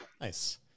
nice